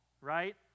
right